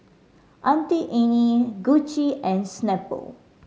Auntie Anne Gucci and Snapple